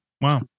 Wow